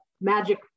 magic